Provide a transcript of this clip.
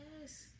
Yes